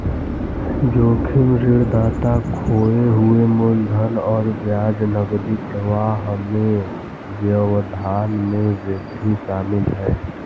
जोखिम ऋणदाता खोए हुए मूलधन और ब्याज नकदी प्रवाह में व्यवधान में वृद्धि शामिल है